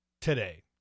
today